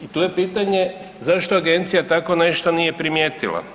I tu je pitanje zašto agencija tako nešto nije primijetila?